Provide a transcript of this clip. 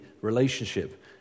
relationship